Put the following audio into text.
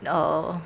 oh